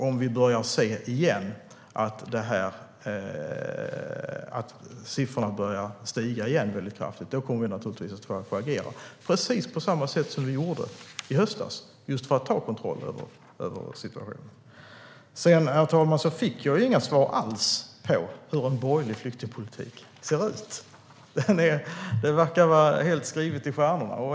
Om vi ser att siffrorna åter stiger kraftigt kommer vi givetvis att agera, precis på det sätt vi gjorde i höstas för att ta kontroll över situationen. Herr talman! Jag fick inga svar alls på hur en borgerlig flyktingpolitik ser ut. Det verkar vara helt skrivet i stjärnorna.